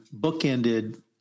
bookended